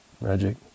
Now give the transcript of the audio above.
magic